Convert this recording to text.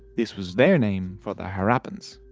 this was their name for the harappans.